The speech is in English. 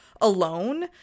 alone